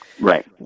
Right